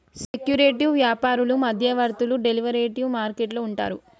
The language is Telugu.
సెక్యులెటర్స్ వ్యాపారులు మధ్యవర్తులు డెరివేటివ్ మార్కెట్ లో ఉంటారు